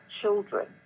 children